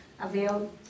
available